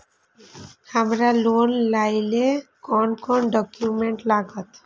हमरा लोन लाइले कोन कोन डॉक्यूमेंट लागत?